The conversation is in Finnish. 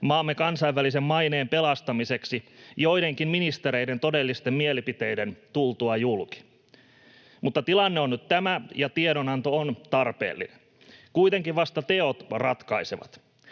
maamme kansainvälisen maineen pelastamiseksi joidenkin ministereiden todellisten mielipiteiden tultua julki. Mutta tilanne on nyt tämä, ja tiedonanto on tarpeellinen. Kuitenkin vasta teot ratkaisevat.